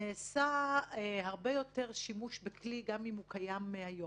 נעשה הרבה יותר שימוש בכלי, גם אם הוא קיים היום.